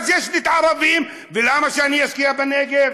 ואז יש לי ערבים, למה שאשקיע בנגב?